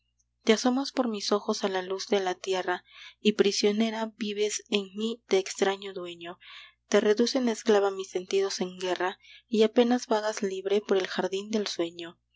te asomas por mis ojos a la luz de la tierra y prisionera vives en mí de extraño dueño te reducen a esclava mis sentidos en guerra y apenas vagas libre por el jardín del sueño